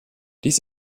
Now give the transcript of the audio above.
dies